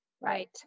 right